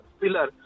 pillar